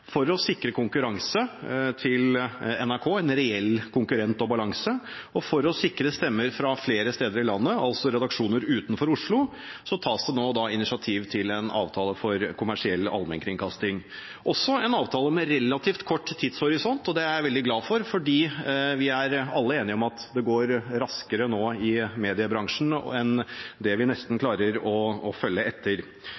for å sikre konkurranse til NRK, en reell konkurrent og balanse, og for å sikre stemmer fra flere steder i landet, altså redaksjoner utenfor Oslo, tas det nå initiativ til en avtale for kommersiell allmennkringkasting. Det er også en avtale med relativt kort tidshorisont, og det er jeg veldig glad for, for vi er alle enige om at det nå går raskere i mediebransjen enn det vi nesten